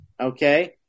okay